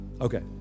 Okay